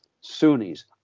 Sunnis